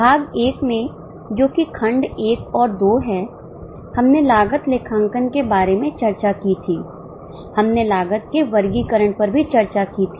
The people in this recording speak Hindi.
भाग 1 में जो कि खंड एक और दो हैं हमने लागत लेखांकन के बारे में चर्चा की थी हमने लागत के वर्गीकरण पर भी चर्चा की थी